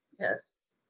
Yes